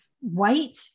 white